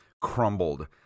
crumbled